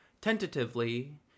Tentatively